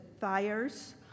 fires